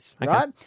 right